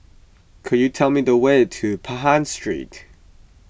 could you tell me the way to Pahang Street